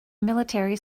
military